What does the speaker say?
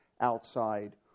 outside